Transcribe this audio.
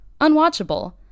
Unwatchable